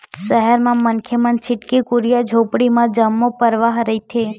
सहर म मनखे मन छितकी कुरिया झोपड़ी म जम्मो परवार रहिथे